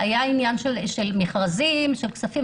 היה עניין של מכרזים, של כספים.